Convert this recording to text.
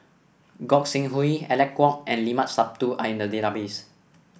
Gog Sing Hooi Alec Kuok and Limat Sabtu are in the database